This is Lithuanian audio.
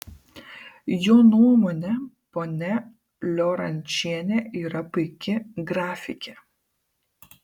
jo nuomone ponia liorančienė yra puiki grafikė